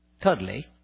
Thirdly